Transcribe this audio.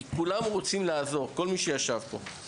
כי כל מי שישב פה רוצה לעזור.